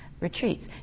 retreats